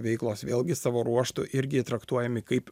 veiklos vėlgi savo ruožtu irgi traktuojami kaip